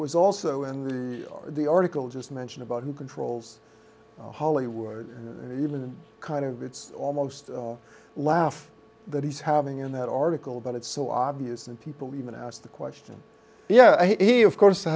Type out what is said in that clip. was also in the article just mention about who controls hollywood you know kind of it's almost laugh that he's having in that article but it's so obvious and people even asked the question yeah he of course ha